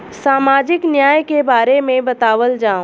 सामाजिक न्याय के बारे में बतावल जाव?